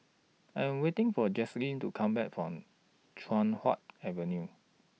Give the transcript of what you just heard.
I Am waiting For Jaslene to Come Back from Chuan Hoe Avenue